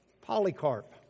Polycarp